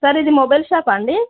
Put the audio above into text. sir ఇది mobile షాపా అండి